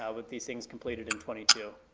ah with these things completed in twenty two.